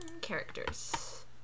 characters